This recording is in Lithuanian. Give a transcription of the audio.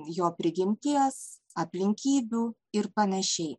jo prigimties aplinkybių ir panašiai